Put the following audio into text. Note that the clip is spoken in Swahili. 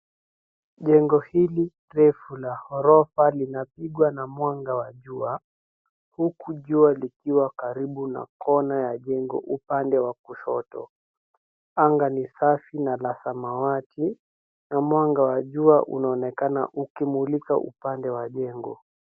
Jengo hili refu la ghorofa linapigwa na mwanga wa jua, huku jua karibu na kona ya jengo upande wa kushoto. Anga ni safi na la samwati na mwanga wa jua unaonekana ukimulika upande wa jengo.